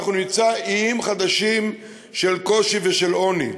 אנחנו נמצא איים חדשים של קושי ושל עוני.